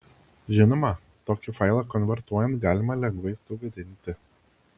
žinoma tokį failą konvertuojant galima lengvai sugadinti